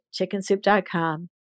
chickensoup.com